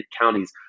counties